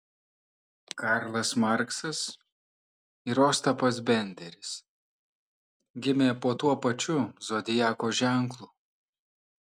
karlas marksas ir ostapas benderis gimė po tuo pačiu zodiako ženklu